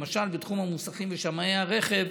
למשל בתחום המוסכים ושמאי הרכב,